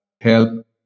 help